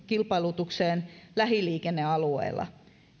kilpailutukseen lähiliikennealueella